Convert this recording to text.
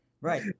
Right